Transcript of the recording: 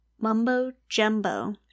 mumbo-jumbo